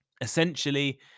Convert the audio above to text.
Essentially